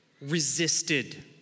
resisted